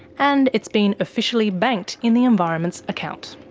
and it's been officially banked in the environment's account.